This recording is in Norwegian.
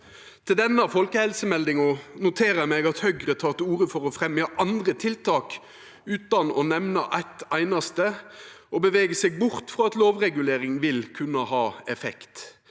Til denne folkehelsemeldinga noterer eg meg at Høgre tek til orde for å fremja andre tiltak, utan å nemna eitt einaste, og beveger seg bort frå at lovregulering vil kunna ha effekt.